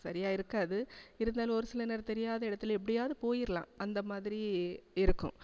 சரியா இருக்காது இருந்தாலும் ஒரு சில நேரம் தெரியாத இடத்துல எப்படியாது போயிரலாம் அந்த மாதிரி இருக்கும்